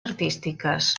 artístiques